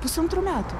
pusantrų metų